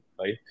right